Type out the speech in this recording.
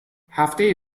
هفته